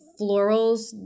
florals